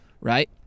right